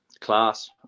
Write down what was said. class